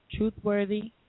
truthworthy